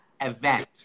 event